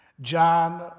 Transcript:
John